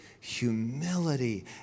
humility